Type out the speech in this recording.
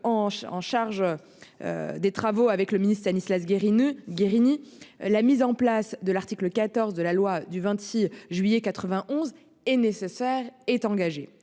en charge. Des travaux avec le ministre-Stanislas Guérini, Guérini. La mise en place de l'article 14 de la loi du 26 juillet 91 et nécessaire est engagé.